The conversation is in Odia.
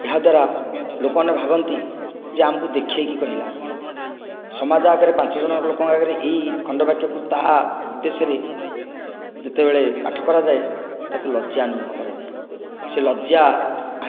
ଏହାଦ୍ୱାରା ଲୋକମାନେ ଭାବନ୍ତି ଯେ ଆମକୁ ଦେଖେଇକି କହିଲା ସମାଜ ଆଗରେ ପାଞ୍ଚଜଣ ଲୋକଙ୍କ ଆଗରେ ଏଇ ଖଣ୍ଡବାକ୍ୟକୁ ତାହା ଉଦ୍ଦେଶ୍ୟରେ ଯେତେବେଳେ ପାଠ କରାଯାଏ ତାକୁ ଲଜ୍ୟା ଅନୁଭବ କରାଯାଏ ସେ ଲଜ୍ୟା